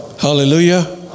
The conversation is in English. Hallelujah